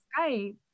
Skype